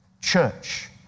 church